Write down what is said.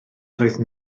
doedd